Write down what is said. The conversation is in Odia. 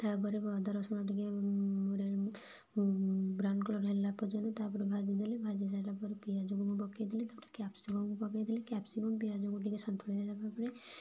ତାପରେ ଅଦା ରସୁଣ ଟିକେ ବ୍ରାଉନ୍ କଲର୍ ହେଲା ପର୍ଯ୍ୟନ୍ତ ତାପରେ ଭାଜିଦେଲି ଭାଜି ସାରିଲା ପରେ ପିଆଜକୁ ମୁଁ ପକେଇ ଦେଲି ତାପରେ କ୍ୟାପସିକମ୍ ପକେଇ ଦେଲି କ୍ୟାପସିକମ୍ ପିଆଜକୁ ଟିକେ ସନ୍ତୁଳି ଦେଲା ପରେ ପରେ